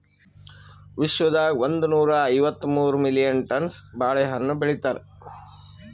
ವಿಶ್ವದಾಗ್ ಒಂದನೂರಾ ಐವತ್ತ ಮೂರು ಮಿಲಿಯನ್ ಟನ್ಸ್ ಬಾಳೆ ಹಣ್ಣುಗೊಳ್ ಬೆಳಿತಾರ್